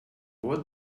what